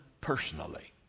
personally